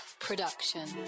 production